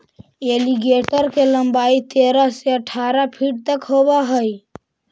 alligator के लंबाई तेरह से अठारह फीट तक होवऽ हइ